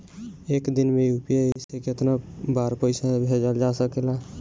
एक दिन में यू.पी.आई से केतना बार पइसा भेजल जा सकेला?